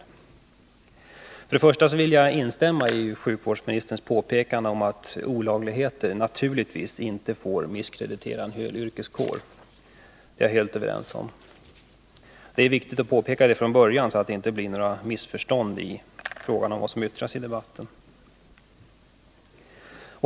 Till att börja med vill jag instämma i sjukvårdsministerns påpekande att olagligheter som kan ha förekommit naturligtvis inte får misskreditera en hel yrkeskår. Vi är helt överens om detta. Det är viktigt att klargöra detta från början, så att det inte blir några missförstånd i fråga om det som yttras i debatten.